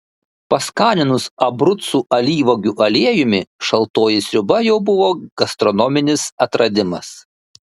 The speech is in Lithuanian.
paskaninus abrucų alyvuogių aliejumi šaltoji sriuba jau buvo gastronominis atradimas